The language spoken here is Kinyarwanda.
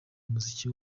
muziki